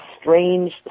strange